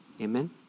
Amen